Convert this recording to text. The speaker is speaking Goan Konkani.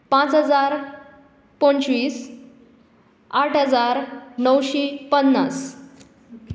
पांच हजार पंचवीस आठ हजार णवशी पन्नास